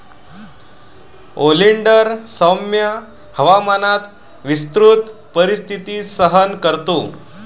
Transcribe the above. oleander सौम्य हवामानात विस्तृत परिस्थिती सहन करतो